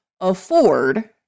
afford